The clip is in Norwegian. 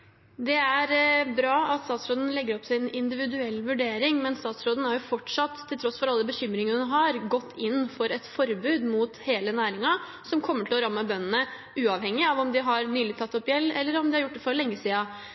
individuell vurdering, men statsråden har fortsatt – til tross for alle bekymringene hun har – gått inn for et forbud mot hele næringen, som kommer til å ramme bøndene, uavhengig av om de nylig har tatt opp gjeld, eller om de har gjort det for lenge